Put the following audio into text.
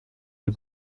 les